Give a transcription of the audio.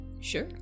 Sure